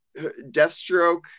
Deathstroke